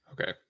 Okay